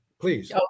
please